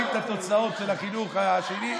רואים את התוצאות של החינוך השני,